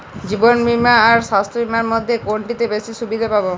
জীবন বীমা আর স্বাস্থ্য বীমার মধ্যে কোনটিতে বেশী সুবিধে পাব?